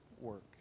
work